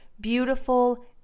beautiful